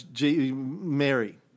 Mary